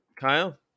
Kyle